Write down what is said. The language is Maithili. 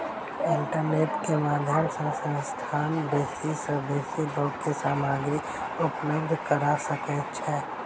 इंटरनेट के माध्यम सॅ संस्थान बेसी सॅ बेसी लोक के सामग्री उपलब्ध करा सकै छै